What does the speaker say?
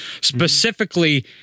Specifically